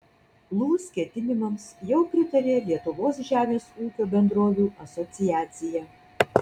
lūs ketinimams jau pritarė lietuvos žemės ūkio bendrovių asociacija